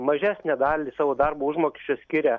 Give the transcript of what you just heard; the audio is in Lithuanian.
mažesnę dalį savo darbo užmokesčio skiria